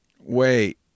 Wait